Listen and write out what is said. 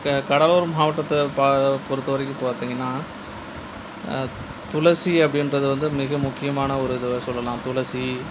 கடலூர் மாவட்டத்தை ப பொறுத்தவரைக்கும் பார்த்தீங்கன்னா துளசி அப்படின்றது வந்து மிக முக்கியமான ஒரு இதுவாக சொல்லலாம் துளசி